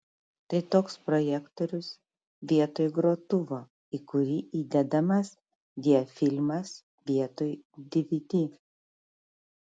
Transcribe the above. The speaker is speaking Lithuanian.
tai toks projektorius vietoj grotuvo į kurį įdedamas diafilmas vietoj dvd